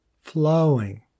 flowing